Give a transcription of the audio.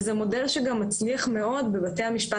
זה מודל שגם מצליח מאוד בבתי המשפט